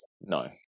No